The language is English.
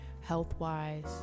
health-wise